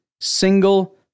single